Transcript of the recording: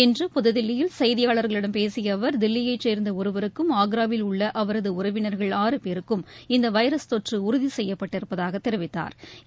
இன்று புதுதில்லியில் செய்தியாளர்களிடம் பேசிய அவர் தில்லியைச் சேர்ந்த ஒருவருக்கும் ஆன்ராவில் உள்ள அவரது உறவினர்கள் ஆறு பேருக்கும் இந்த வைரஸ் தொற்று உறுதி செய்யப்பட்டிருப்பதாகத் தெரிவித்தாா்